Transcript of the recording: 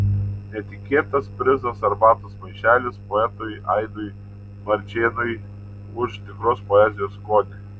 netikėtas prizas arbatos maišelis poetui aidui marčėnui už tikros poezijos skonį